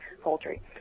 poultry